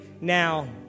now